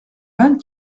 vingt